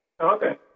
Okay